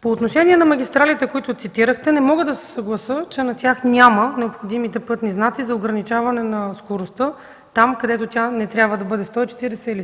По отношение на магистралите, които цитирахте, не мога да се съглася, че по тях няма необходимите пътни знаци за ограничаване на скоростта там, където тя не трябва да бъде 140, 130 или